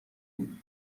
بود